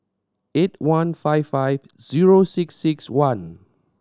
eight one five five zero six six one